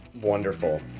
wonderful